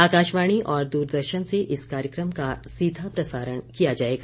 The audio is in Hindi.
आकाशवाणी और दूरदर्शन से इस कार्यक्रम का सीधा प्रसारण किया जाएगा